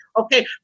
Okay